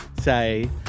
say